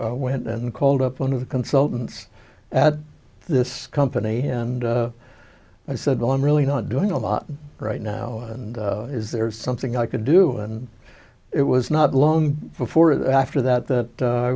i went and called up one of the consultants at this company and i said well i'm really not doing a lot right now and is there something i could do and it was not long before that after that that